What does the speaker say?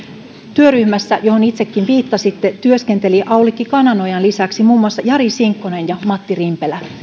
työryhmässä johon itsekin viittasitte työskentelivät aulikki kananojan lisäksi muun muassa jari sinkkonen ja matti rimpelä